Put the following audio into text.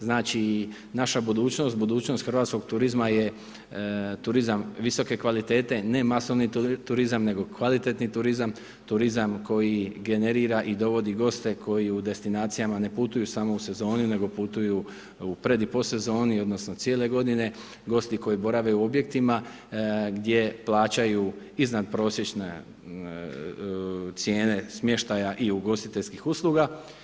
Znači naša budućnost, budućnost hrvatskog turizma je turizam visoke kvalitete, ne masovni turizam, nego kvalitetni turizam, turizam koji generira i dovodi goste koji u destinacijama ne putuju samo u sezoni, nego putuju u pred i post sezoni, odnosno, cijele godine, gosti koji borave u objektima, gdje plaćaju iznad prosječne cijene smještaja i ugostiteljskih usluga.